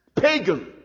pagan